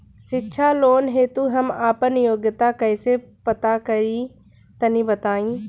शिक्षा लोन हेतु हम आपन योग्यता कइसे पता करि तनि बताई?